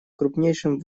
крупнейшим